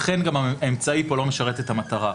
לכן, האמצעי פה גם לא משרת את המטרה.